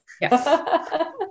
Yes